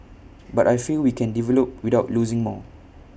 but I feel we can develop without losing more